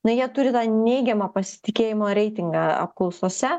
na jie turi tą neigiamą pasitikėjimo reitingą apklausose